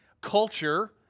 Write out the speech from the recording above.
culture